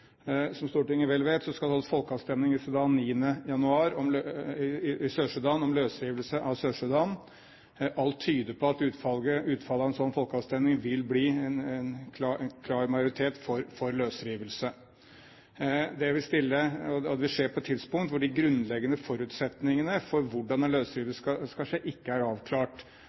Som Stortinget vel vet, skal det holdes folkeavstemning i Sør-Sudan den 9. januar om løsrivelse av Sør-Sudan. Alt tyder på at utfallet av en slik folkeavstemning vil bli en klar majoritet for løsrivelse. Det vil skje på et tidspunkt hvor de grunnleggende forutsetningene for hvordan en løsrivelse skal skje, ikke er avklart.